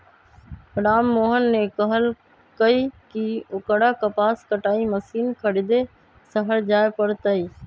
राममोहन ने कहल कई की ओकरा कपास कटाई मशीन खरीदे शहर जाय पड़ तय